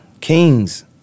Kings